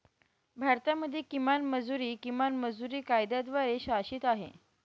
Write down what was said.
भारतामध्ये किमान मजुरी, किमान मजुरी कायद्याद्वारे शासित आहे